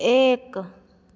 एक